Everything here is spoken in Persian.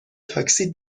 تاکسی